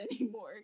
anymore